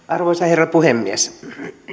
arvoisa herra puhemies